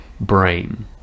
brain